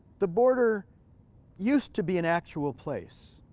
the border used to be an actual place,